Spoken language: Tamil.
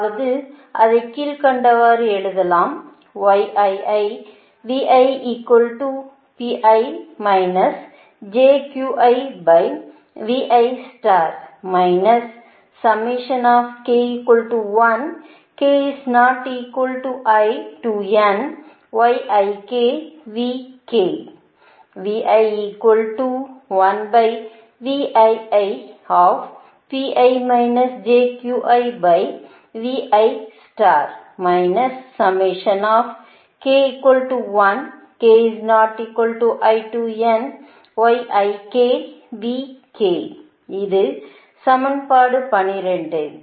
அதாவதுஅதை கீழ்கண்டவாறு எழுதலாம் இது சமன்பாடு 12